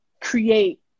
create